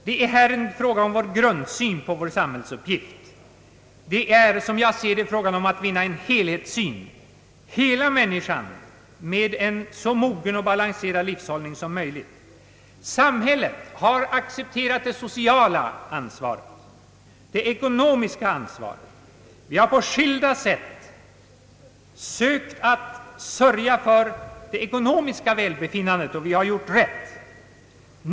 Det är här fråga om en grundsyn på rår samhällsuppgift. Det är, såsom jag ser det, fråga om att anlägga en helhetssyn på hela människan med en så mogen och balanserad livshållning som möjligt. Samhället har accepterat det sociala ansvaret och det ekonomiska ansvaret. Vi har på skilda sätt sökt att sörja för det ekonomiska välbefinnandet — och vi har gjort rätt.